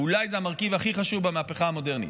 וזה אולי המרכיב הכי חשוב במהפכה המודרנית.